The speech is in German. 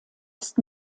ist